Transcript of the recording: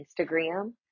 Instagram